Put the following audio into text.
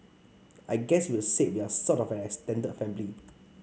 I guess you would say we are sort of an extended family